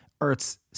Earth's